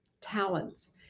talents